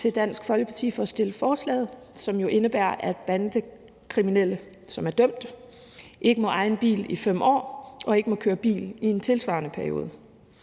til Dansk Folkeparti for at fremsætte forslaget, som jo indebærer, at bandekriminelle, som er dømte, ikke må eje en bil i 5 år og ikke må køre bil i en tilsvarende periode.